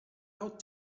out